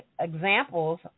examples